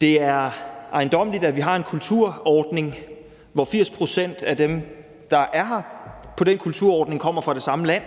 det ejendommeligt, at vi har en kulturordning, hvor 80 pct. af dem, der er her på den kulturordning, kommer fra det samme land.